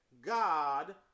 God